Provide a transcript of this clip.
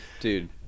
dude